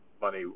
Money